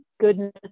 goodness